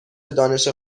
دانش